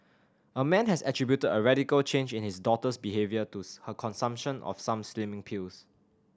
a man has attributed a radical change in his daughter's behaviour to her consumption of some slimming pills